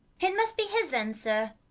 it must be his then sir,